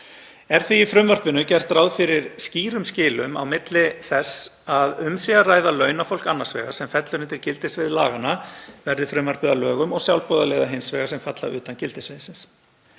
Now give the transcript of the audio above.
Er því í frumvarpinu gert ráð fyrir skýrum skilum á milli þess að um sé að ræða launafólk annars vegar, sem fellur undir gildissvið laganna verði frumvarpið að lögum, og sjálfboðaliða hins vegar, sem falla utan gildissviðsins.